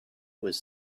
was